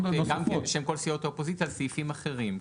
בשם כל סיעות האופוזיציה לסעיפים אחרים.